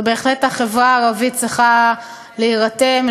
ובהחלט החברה הערבית צריכה להירתם,